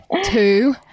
two